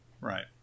Right